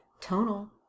tonal